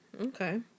okay